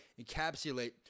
encapsulate